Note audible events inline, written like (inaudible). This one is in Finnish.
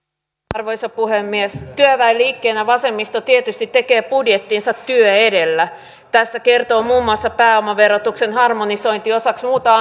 arvoisa puhemies työväenliikkeenä vasemmisto tietysti tekee budjettinsa työ edellä tästä kertoo muun muassa pääomaverotuksen harmonisointi osaksi muuta (unintelligible)